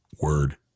Word